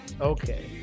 Okay